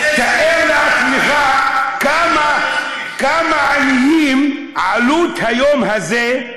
תתאר לעצמך כמה עניים עלות היום הזה,